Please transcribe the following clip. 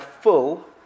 full